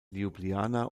ljubljana